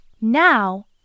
Now